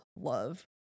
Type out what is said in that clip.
love